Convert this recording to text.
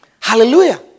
Hallelujah